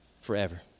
forever